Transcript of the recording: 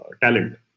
talent